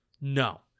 No